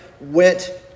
went